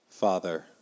Father